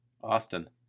Austin